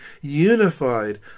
unified